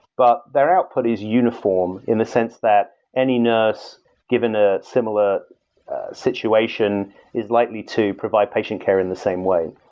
but their output is uniform in the sense that any nurse given a similar situation is likely to provide patient care in the same way.